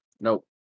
Nope